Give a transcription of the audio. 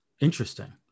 Interesting